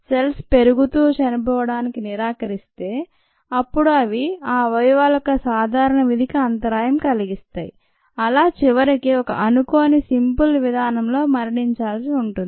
cells పెరుగుతూ చనిపోవడానికి నిరాకరిస్తే అప్పుడు అవి ఆ అవయవాల యొక్క సాధారణ విధికి అంతరాయం కలిగస్తాయి అలా చివరికి ఒక అనుకోని సింపుల్ విధానంలో మరణించాల్సి వస్తుంది